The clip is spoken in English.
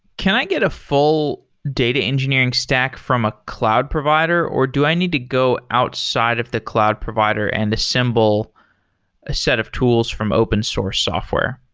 can i get a full date engineering stack from a cloud provider or do i need to go outside of the cloud provider and the symbol set of tools from open source software?